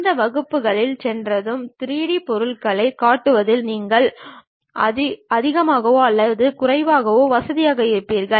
இந்த வகுப்பிற்குச் சென்றதும் 3D பொருள்களைக் கட்டுவதில் நீங்கள் அதிகமாகவோ அல்லது குறைவாகவோ வசதியாக இருப்பீர்கள்